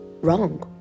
wrong